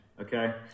Okay